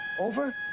Over